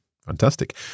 Fantastic